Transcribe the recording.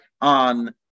on